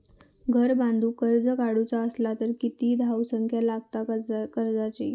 घर बांधूक कर्ज काढूचा असला तर किती धावसंख्या लागता कर्जाची?